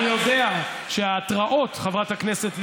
אני יודע שהתראות, חברת הכנסת לבני,